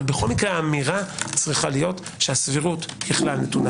בכל מקרה האמירה צריכה להיות שהסבירות ככלל נתונה